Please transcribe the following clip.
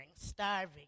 starving